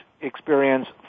experience